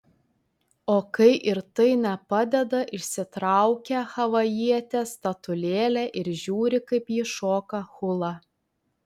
o kai ir tai nepadeda išsitraukia havajietės statulėlę ir žiūri kaip ji šoka hulą